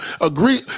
Agree